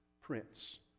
Prince